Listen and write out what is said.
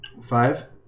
Five